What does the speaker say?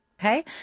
Okay